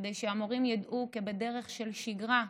כדי שהמורים ידעו כבדרך שגרה להתמודד,